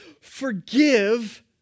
forgive